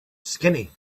skinny